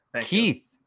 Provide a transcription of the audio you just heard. keith